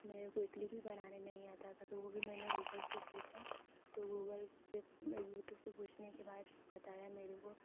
तो गूगल से मेरे को इडली भी बनाने नहीं आता था वो भी मैने गूगल से पूछा गूगल पर यूट्यूब से पूछने के बाद बताया मेरे को